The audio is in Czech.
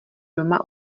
doma